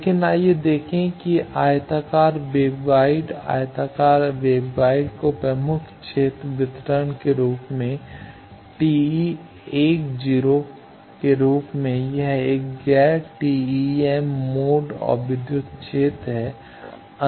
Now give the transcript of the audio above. लेकिन आइए देखें कि आयताकार वेवगाइड आयताकार वेवगाइड को प्रमुख क्षेत्र वितरण के रूप में TE 10 के रूप में यह एक गैर TEM मोड और विद्युत क्षेत्र है